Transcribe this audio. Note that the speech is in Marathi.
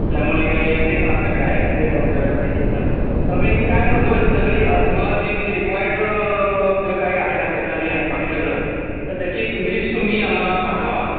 त्यामुळे ते पण आपल्याकडे आहे ते पण आपल्याला करता येईल तसं तर मग मी काय काम करतो एक सगळी तुम्हाला जी म्हणजे रिक्वायर्ड जे काय आहे ना स्टेशनरी आणि बाकी सगळं तर त्याची एक लिस्ट तुम्ही आम्हाला पाठवा